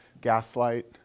gaslight